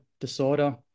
disorder